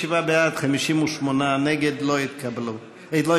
57 בעד, 58 נגד, לא התקבלה.